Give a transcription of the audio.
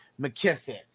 McKissick